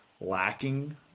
lacking